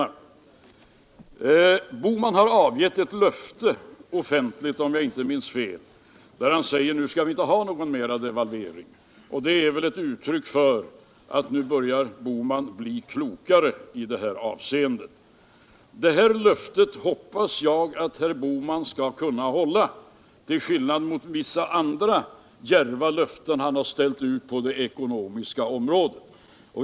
Herr Bohman har avgivit ett löfte — offentligt, om jag inte minns fel — där han säger att vi inte skall ha någon mer devalvering. Det är väl ett uttryck för att herr Bohman nu börjar bli klokare i detta avseende. Detta löfte hoppas jag att herr Bohman skall kunna hålla till skillnad från vissa andra djärva löften som han har ställt ut på det ekonomiska området.